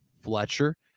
Fletcher